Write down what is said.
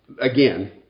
again